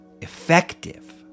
effective